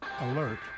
Alert